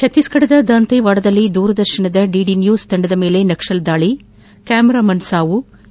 ಛಕ್ತೀಸ್ಗಢದ ದಂತೇವಾಡಾದಲ್ಲಿ ದೂರದರ್ತನದ DD news ತಂಡದ ಮೇಲೆ ನಕ್ಕಲರ ದಾಳಿ ಕ್ಯಾಮರಾಮನ್ ಸಾವು ಹಾಗೂ